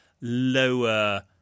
lower